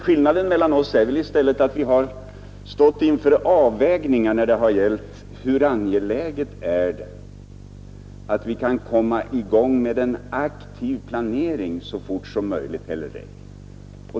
Skillnaden mellan oss har i stället framträtt när vi stått inför avvägningen: Hur angeläget är det att komma i gång med en aktiv planering så fort som möjligt?